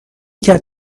کرد